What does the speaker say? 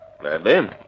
Gladly